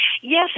Yes